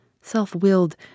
self-willed